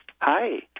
Hi